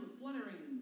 fluttering